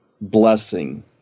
blessing